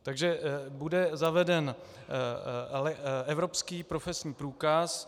Takže bude zaveden evropský profesní průkaz.